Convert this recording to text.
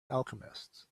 alchemists